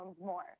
more